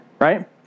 right